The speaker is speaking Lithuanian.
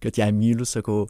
kad ją myliu sakau